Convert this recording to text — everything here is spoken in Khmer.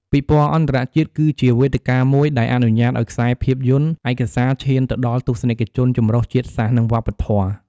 ពិព័រណ៍អន្តរជាតិ គឺជាវេទិកាមួយដែលអនុញ្ញាតឱ្យខ្សែភាពយន្តឯកសារឈានទៅដល់ទស្សនិកជនចម្រុះជាតិសាសន៍ និងវប្បធម៌។